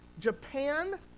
Japan